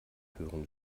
hören